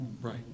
right